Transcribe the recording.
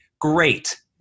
great